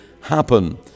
happen